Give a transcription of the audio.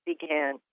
began